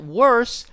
worse